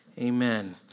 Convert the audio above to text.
Amen